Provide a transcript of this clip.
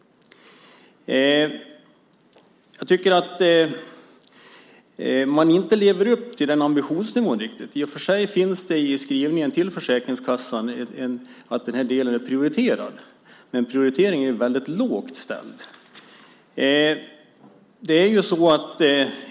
Jag tycker inte att man lever upp till ambitionsnivån. I och för sig står det i skrivningen till Försäkringskassan att den här delen är prioriterad, men prioriteringen är väldigt lågt ställd.